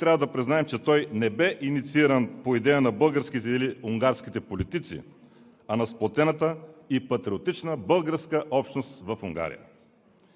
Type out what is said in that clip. Трябва да признаем, че той не бе иницииран по идея на българските или унгарските политици, а на сплотената и патриотична българска общност в Унгария.